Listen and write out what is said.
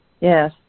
yes